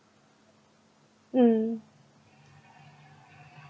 mm